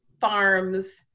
farms